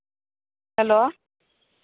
hello